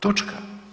Točka.